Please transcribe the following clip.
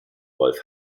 wolf